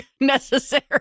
Necessary